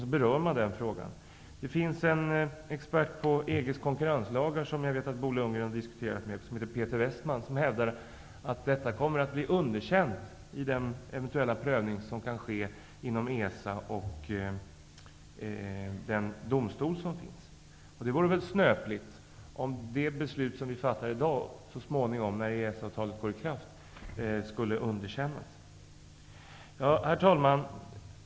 En expert på EG:s konkurrenslagar, Peter Westman, som jag vet att Bo Lundgren har diskuterat med, hävdar att detta kommer att bli underkänt vid den eventuella prövning som kan ske inom ESA och den domstol som finns. Det vore väl snöpligt om det beslut som vi fattar i dag så småningom, när EES-avtalet träder i kraft, skulle underkännas. Herr talman!